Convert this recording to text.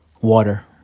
water